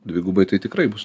dvigubai tai tikrai bus